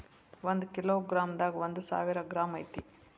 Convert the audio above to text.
ಒಂದ kilogram ದಾಗ ಒಂದ ಸಾವಿರ ಗ್ರಾಂ ಐತಿ